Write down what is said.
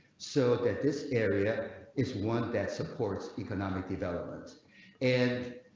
so that this area is one that supports economic development and.